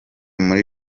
muri